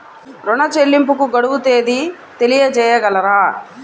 ఋణ చెల్లింపుకు గడువు తేదీ తెలియచేయగలరా?